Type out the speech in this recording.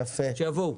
רק שיבואו,